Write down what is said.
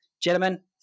gentlemen